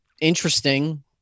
interesting